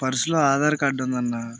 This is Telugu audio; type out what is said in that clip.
పర్సులో ఆధార్ కార్డ్ ఉందన్నా